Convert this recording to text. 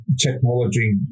technology